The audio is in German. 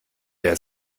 der